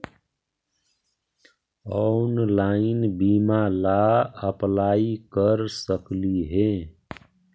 Online बीमा ला apply कर सकली हे?